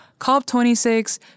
COP26